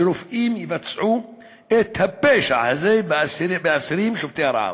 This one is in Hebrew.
שרופאים יבצעו את הפשע הזה באסירים שובתי הרעב,